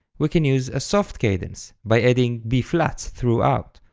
we can use a soft cadence by adding b-flats throughout.